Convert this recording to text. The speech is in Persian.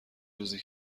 روزی